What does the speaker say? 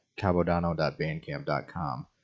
cabodano.bandcamp.com